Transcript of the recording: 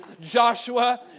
Joshua